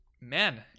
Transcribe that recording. Man